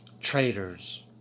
Traitors